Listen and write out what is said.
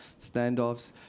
standoffs